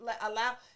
allow